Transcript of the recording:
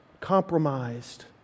compromised